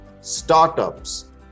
startups